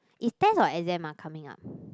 is test or exam ah coming up